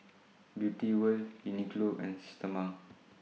Beauty wear Uniqlo and Systema